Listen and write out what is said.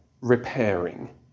repairing